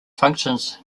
functions